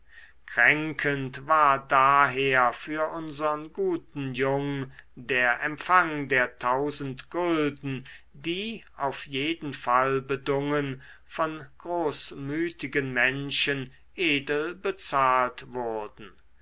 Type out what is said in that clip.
kränkend war daher für unsern guten jung der empfang der tausend gulden die auf jeden fall bedungen von großmütigen menschen edel bezahlt wurden